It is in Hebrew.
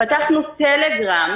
פתחנו טלגרם,